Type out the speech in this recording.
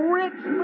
rich